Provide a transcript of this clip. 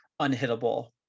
unhittable